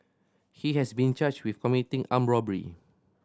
he has been charged with committing armed robbery